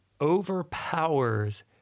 overpowers